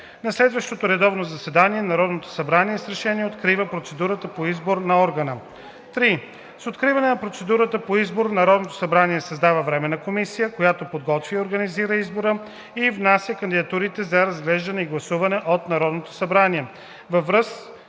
На следващото редовно заседание Народното събрание с решение открива процедурата по избор на органа. 3. С откриване на процедурата по избор Народното събрание създава временна комисия, която подготвя и организира избора и внася кандидатурите за разглеждане и гласуване от Народното събрание. Във